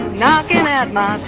knocking at